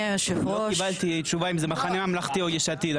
לא קיבלתי תשובה אם זה מחנה ממלכתי או יש עתיד.